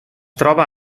troba